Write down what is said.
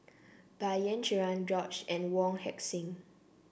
Bai Yan Cherian George and Wong Heck Sing